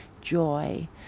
joy